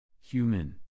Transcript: Human